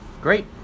Great